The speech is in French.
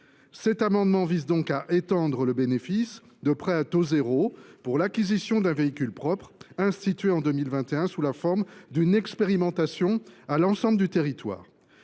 Cet amendement vise donc à étendre le bénéfice du prêt à taux zéro pour l’acquisition d’un véhicule propre, institué en 2021 sous la forme d’une expérimentation à l’ensemble du territoire.